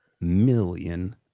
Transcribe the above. million